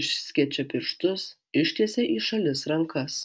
išskečia pirštus ištiesia į šalis rankas